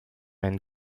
and